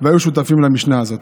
והיו שותפים למשנה הזאת.